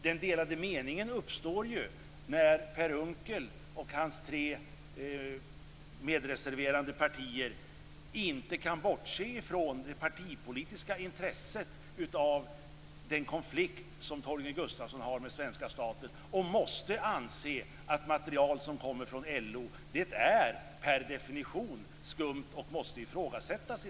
Den delade meningen uppstår när Per Unckel och hans tre medreserverande partier inte kan bortse från det partipolitiska intresset av Torgny Gustafssons konflikt med svenska staten och måste anse att material som kommer från LO är per definition skumt och måste ifrågasättas.